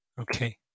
Okay